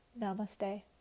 Namaste